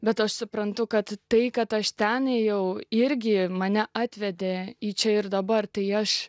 bet aš suprantu kad tai kad aš ten jau irgi mane atvedė į čia ir dabar tai aš